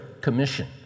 Commission